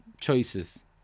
choices